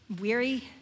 weary